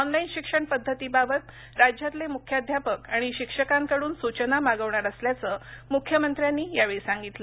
online शिक्षण पद्धतीबाबत राज्यातले मुख्याध्यापक आणि शिक्षकांकडून सूचना मागवणार असल्याचं मुख्यमंत्र्यांनी यावेळी सांगितलं